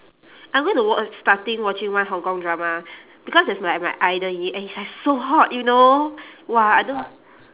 I'm going to watch starting watching one hong-kong drama because there's my my idol in it and he is like so hot you know !wah! I do~